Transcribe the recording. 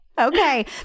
Okay